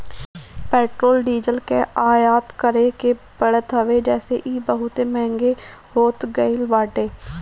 petrol diesel कअ आयात करे के पड़त हवे जेसे इ बहुते महंग हो गईल बाटे